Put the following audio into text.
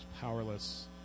powerless